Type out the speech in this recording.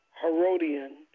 Herodian